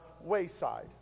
wayside